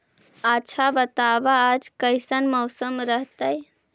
आच्छा बताब आज कैसन मौसम रहतैय?